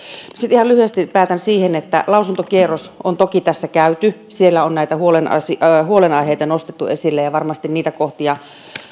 ihan lyhyesti päätän siihen että lausuntokierros on toki tässä käyty siellä on näitä huolenaiheita nostettu esille ja varmasti niitä kohtia